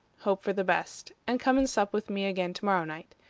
hope for the best and come and sup with me again to-morrow night.